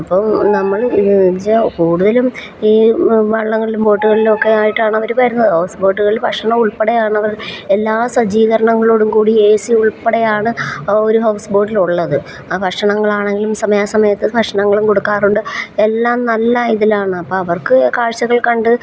അപ്പം നമ്മൾ വെച്ചാൽ കൂടുതലും ഈ വള്ളങ്ങളിലും ബോട്ടുകളിലുമൊക്കെയായിട്ടാണവർ വരുന്നത് ഹൗസ് ബോട്ടുകളിൽ ഭക്ഷണമുൾപ്പെടെയാണവർ എല്ലാ സജ്ജീകരണങ്ങളോടും കൂടി ഏ സി ഉൾപ്പടെയാണ് ആ ഒരു ഹൗസ് ബോട്ടിലിലുള്ളത് ആ ഭക്ഷണങ്ങളാണെങ്കിലും സമയാസമയത്ത് ഭക്ഷണങ്ങളും കൊടുക്കാറുണ്ട് എല്ലാം നല്ല ഇതിലാണ് അപ്പം അവർക്ക് കാഴ്ച്ചകൾ കണ്ട്